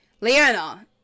Leona